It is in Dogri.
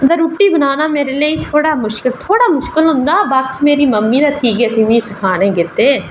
ते रुट्टी बनाना मेरे लेई मुश्कल थोह्ड़ा थोह्ड़ा मुश्कल होंदा हा बाकी ते मेरी मम्मी ठीक ऐ मिगी सखाने गितै